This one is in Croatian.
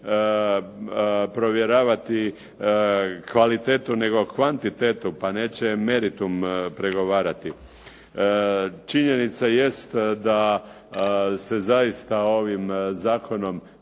neće provjeravati kvalitetu, nego kvantitetu pa neće meritum pregovarati. Činjenica jest da se zaista ovim zakonom